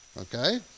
Okay